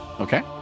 Okay